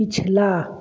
पिछला